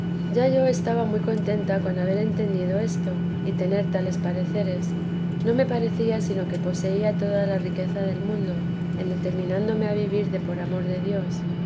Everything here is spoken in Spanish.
ya yo estaba muy contenta con haber entendido esto y tener tales pareceres no me parecía sino que poseía toda la riqueza del mundo en determinándome a vivir de por amor de dios